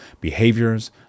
behaviors